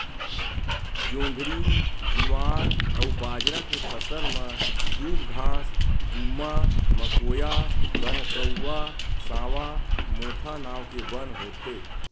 जोंधरी, जुवार अउ बाजरा के फसल म दूबघास, गुम्मा, मकोया, कनकउवा, सावां, मोथा नांव के बन होथे